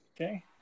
Okay